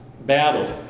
battle